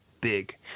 big